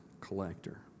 collector